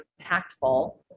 impactful